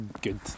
good